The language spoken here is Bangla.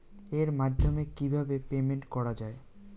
এর মাধ্যমে কিভাবে পেমেন্ট করা য়ায়?